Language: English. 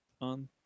on